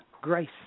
Grace